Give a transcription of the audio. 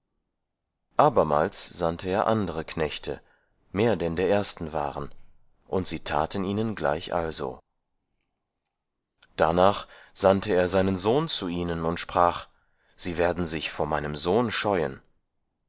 abermals sandte er andere knechte mehr denn der ersten waren und sie taten ihnen gleichalso darnach sandte er seinen sohn zu ihnen und sprach sie werden sich vor meinem sohn scheuen